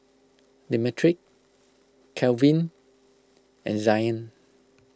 Demetric Kalvin and Zion